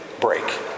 break